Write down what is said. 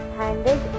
handed